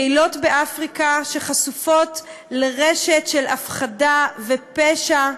קהילות באפריקה שחשופות לרשת של הפחדה ופשע.